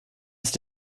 ist